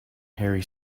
harry